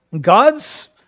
God's